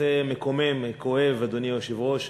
הנושא מקומם, כואב, אדוני היושב-ראש.